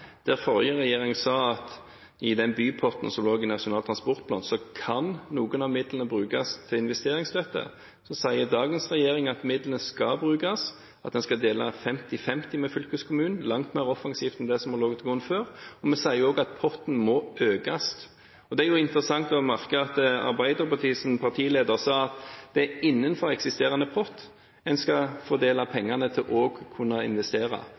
Der forrige regjering sa at i den bypotten som ligger i Nasjonal transportplan, kan noen av midlene brukes til investeringsstøtte, sier dagens regjering at midlene skal brukes, at en skal dele 50–50 med fylkeskommunen – langt mer offensivt enn det som har ligget til grunn tidligere. Vi sier også at potten må økes. Det er jo interessant å merke seg at Arbeiderpartiets leder sa at det er innenfor eksisterende pott en skal fordele pengene til å kunne investere.